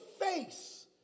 face